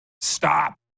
Stop